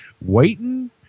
waiting